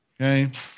Okay